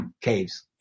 caves